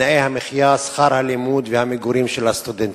בתנאי המחיה, בשכר הלימוד ובמגורים של הסטודנטים.